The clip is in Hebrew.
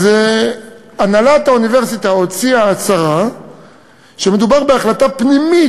הנהלת האוניברסיטה הוציאה הצהרה שמדובר בהחלטה פנימית